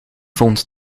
vond